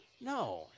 No